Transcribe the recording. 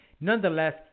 Nonetheless